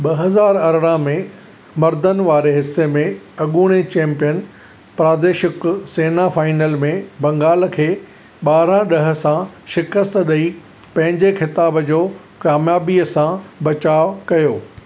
ॿ हॼार अरिड़हं में मर्दनि वारे हिसे में अॻूणे चैंपियन प्रादेशिकु सेना फाइनल में बंगाल खे ॿारहं ॾहं सां शिकस्तु ॾेई पंहिंजे ख़िताब जो कामियाबीअ सां बचाउ कयो